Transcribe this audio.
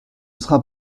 sera